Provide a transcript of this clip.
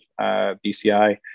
BCI